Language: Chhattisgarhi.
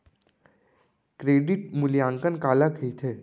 क्रेडिट मूल्यांकन काला कहिथे?